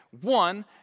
One